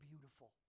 beautiful